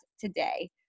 today